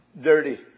dirty